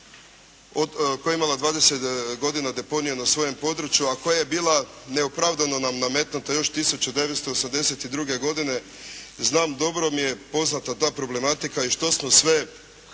koja je imala 20 godina deponiju na svojem području, a koja je bila neopravdano nam nametnuta još 1982. godine. Znam, dobro mi je poznata ta problematika i što smo sve